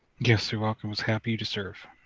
yes, you're welcome, was happy to serve.